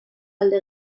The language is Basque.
alde